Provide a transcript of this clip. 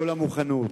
כל המוכנות,